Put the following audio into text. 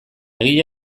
egia